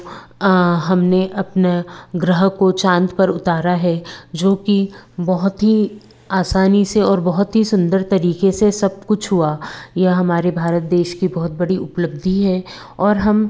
हमने अपने ग्रह को चाँद पर उतारा है जो कि बहुत ही आसानी से और बहुत ही सुंदर तरीके से सब कुछ हुआ यह हमारे भारत देश की बहुत बड़ी उपलब्धि है और हम